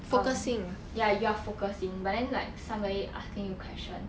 um ya you're focusing but then like somebody asking you question